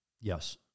Yes